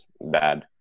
bad